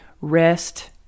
rest